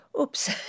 oops